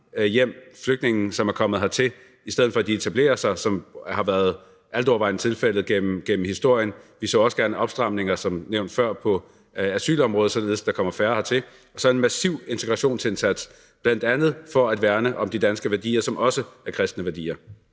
mange flygtninge, som er kommet hertil, hjem, i stedet for at de etablerer sig, som det altovervejende har været tilfældet gennem historien. Vi så også gerne opstramninger som nævnt før på asylområdet, således at der kommer færre hertil, og så en massiv integrationsindsats, bl.a. for at værne om de danske værdier, som også er kristne værdier.